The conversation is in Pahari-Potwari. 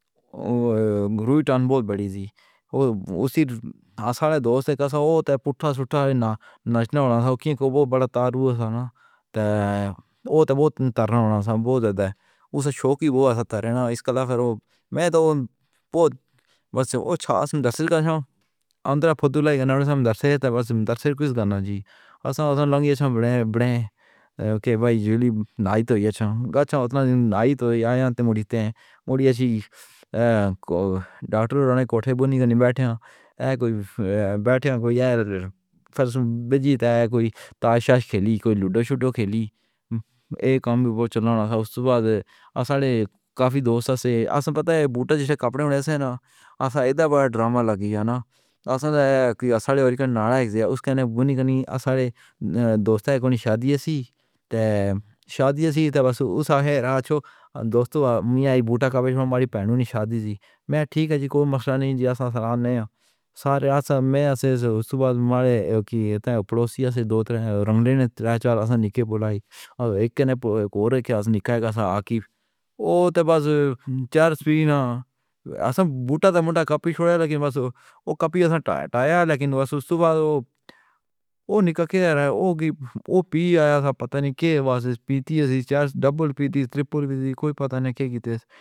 اور روی تن بہت بڑی تھی اور اسی دوسرے کا تو پتھا سٹھا نہ نچنا ہوگا تو کین کو بہت بڑا تا ہرو ہوگا نا تو بہت تارنا ہوگا نا. اس کا تعلق میں تو وہ سب کچھ اندرا پھدوا لائے گانے درسے ہیں تا بس ہمیں درس کرکے اسے گانا آسان لگے گا۔ بڑے بڑے کے بائی جولی نہ ہی تو یہ ہم کچھ نہ ہی تو یا موٹی تے موٹی اے سی ڈاکٹروں نے کوٹھے بننے بیٹھے ہوئے ہیں۔ بیٹھے ہوئے ہیں فرش بجیت ہے, کوئی تاشا کھیلی, کوئی لڈو شڈو کھیلی, یہ کام بھی بہت چلا رہا تھا. اس کے بعد اس نے کافی دوست تھے آسان پتہ ہے بوٹا جیسے کپڑے ہوتے ہیں نا ان سے ایڈراب لگی جانا ہے کہ آسان ہے کیونکہ آسان ہے یا نالائیک ہے اس کے نہ بننے کے نہیں آسان ہے۔ دوست ہے کوئی شادی تھی, شادی تھی, بس وہ سارے رات کو دوستوں میں آئی بوٹا کاپے میں میری بہن نے شادی تھی میاں ٹھیک ہے جی کوئی مسئلہ نہیں ہے جی اسی طرح سارے رات میں اسی صبح میرے پڑوسی ہیں تو رنگلے نے چال نہیں بولائی اور ایک نے کہا نہیں کیا نکالا ہے آفیشل عاقب وہ تو بس چارج پھرنا ہے ۔ بوٹا تھا مڈا کپی تھا لیکن وہ کپی ٹایا لیکن وہ سب کچھ ہوا ہے وہ نہیں کہہ رہا ہو گی وہ پی آیا تھا پتا نہیں کہ وہ پی تی ہے چارج ڈبل پیتی ٹرپل, کوئی پتا نہیں کیا کیتے تھے